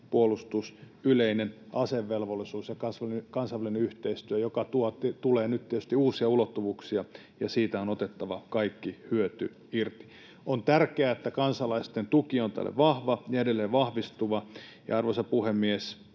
puolustus, yleinen asevelvollisuus ja kansainvälinen yhteistyö, joka tuo tietysti uusia ulottuvuuksia, ja siitä on otettava kaikki hyöty irti. On tärkeää, että kansalaisten tuki on tälle vahva ja edelleen vahvistuva. Ja, arvoisa puhemies,